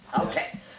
Okay